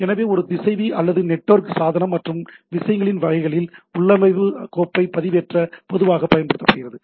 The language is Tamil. எனவே ஒரு திசைவி அல்லது நெட்வொர்க் சாதனம் மற்றும் விஷயங்களின் வகைகளில் உள்ளமைவு கோப்பை பதிவேற்ற பொதுவாகப் பயன்படுத்தப்படுகிறது